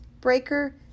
Breaker